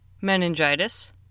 meningitis